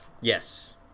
yes